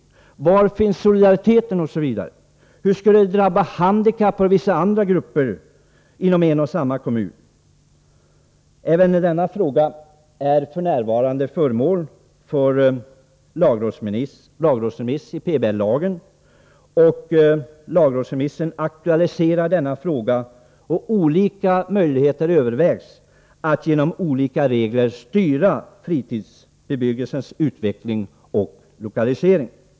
Var finns solidariteten? Hur skulle det drabba handikappade och vissa andra grupper inom en och samma kommun? Även denna fråga är f.n. föremål för lagrådsremiss. I lagrådsremissen aktualiseras denna fråga, och olika möjligheter övervägs att genom skilda regler styra fritidsbebyggelsens utveckling och lokalisering.